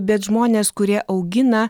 bet žmonės kurie augina